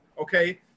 okay